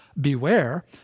beware